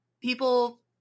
people